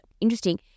interesting